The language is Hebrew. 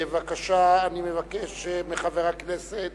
בבקשה, אני מבקש מחבר הכנסת